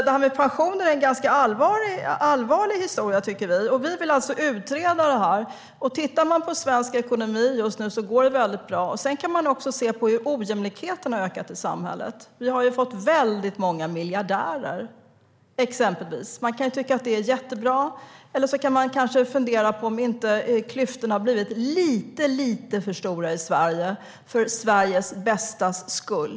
Det här med pensioner är en ganska allvarlig historia, tycker vi. Vi vill utreda det här. Om man tittar på svensk ekonomi just nu ser man att den går väldigt bra. Man kan också se på hur ojämlikheten har ökat i samhället. Vi har exempelvis fått många miljardärer. Man kan tycka att det är jättebra, eller så kan man kanske fundera på om inte klyftorna har blivit lite, lite för stora i Sverige för landets bästas skull.